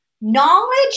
Knowledge